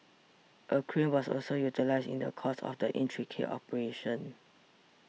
a crane was also utilised in the course of the intricate operation